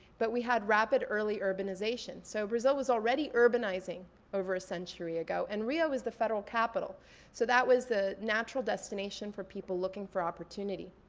but we had rapid early urbanization. so brazil was already urbanizing over a century ago. and rio was the federal capital so that was the natural destination for people looking for opportunity.